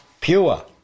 Pure